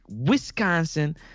Wisconsin